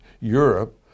Europe